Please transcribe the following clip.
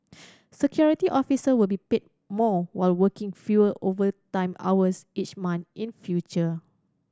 security officer will be paid more while working fewer overtime hours each month in future